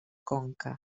conca